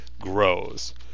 grows